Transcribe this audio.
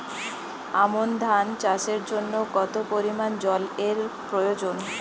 আমন ধান চাষের জন্য কত পরিমান জল এর প্রয়োজন?